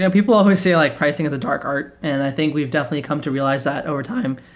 and people always say like pricing is a dark art, and i think we've definitely come to realize that over time.